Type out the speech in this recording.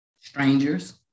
strangers